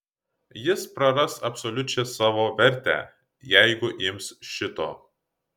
jis praras absoliučią savo vertę jeigu ims šito